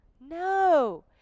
no